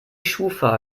schufa